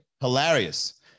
Hilarious